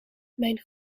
mijn